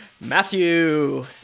Matthew